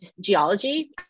geology